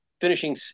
finishing